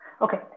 Okay